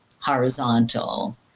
horizontal